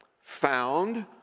found